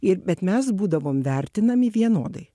ir bet mes būdavom vertinami vienodai